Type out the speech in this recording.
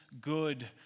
good